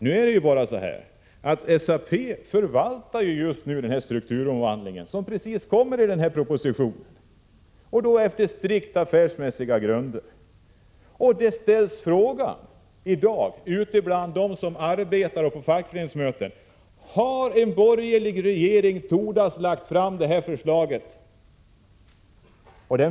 Nu förvaltar SAP den strukturomvandling, som just kommer till uttryck i denna proposition, på strikt affärsmässiga grunder. På arbetsplatser och fackföreningsmöten ställs i dag frågan: Hade en borgerlig regering vågat lägga fram detta förslag?